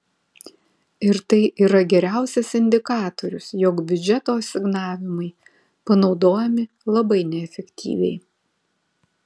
ir tai yra geriausias indikatorius jog biudžeto asignavimai panaudojami labai neefektyviai